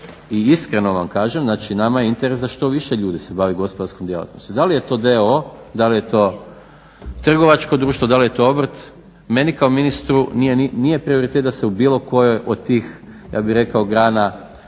i iskreno vam kažem. Znači, nama je interes da što više ljudi se bavi gospodarskom djelatnosti. Da li je to d.o.o., da li je to trgovačko društvo, da li je to obrt meni kao ministru nije prioritet da se u bilo kojoj od tih ja bih rekao grana